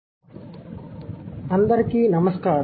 భాష మార్పు యొక్క టైపోలాజీ అందరికీ నమస్కారం